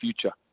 future